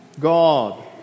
God